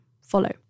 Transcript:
follow